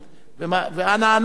ואנה אנו נגיע?